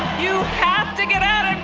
you have to get out